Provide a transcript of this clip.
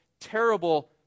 terrible